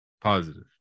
Positive